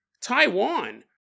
Taiwan